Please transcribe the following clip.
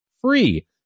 free